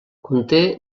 conté